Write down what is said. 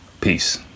peace